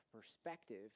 perspective